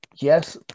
yes